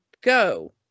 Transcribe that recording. go